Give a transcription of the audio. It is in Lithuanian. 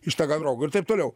iš tagan rogo ir taip toliau